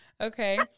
Okay